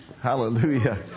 Hallelujah